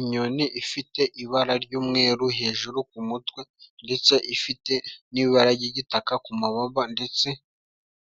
Inyoni ifite ibara ry'umweru hejuru ku mutwe, ndetse ifite n'ibara ry'igitaka ku mababa ndetse